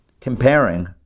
comparing